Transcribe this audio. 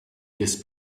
this